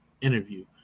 interview